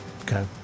Okay